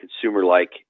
consumer-like